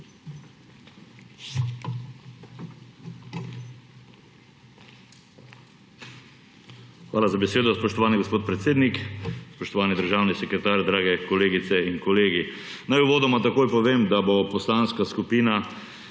Hvala za besedo, spoštovani gospod predsednik. Spoštovani državni sekretar, drage kolegice in kolegi! Naj uvodoma takoj povem, da bo Poslanska skupina